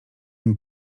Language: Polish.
nim